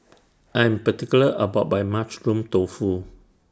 I Am particular about My Mushroom Tofu